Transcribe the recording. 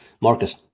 Marcus